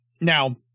Now